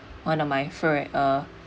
one of my friend uh